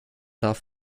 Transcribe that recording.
darf